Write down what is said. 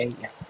yes